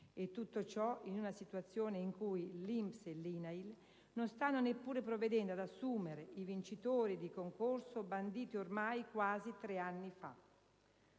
E tutto ciò in una situazione in cui l'INPS e l'INAIL non stanno neppure provvedendo ad assumere i vincitori di concorsi banditi ormai quasi 3 anni fa.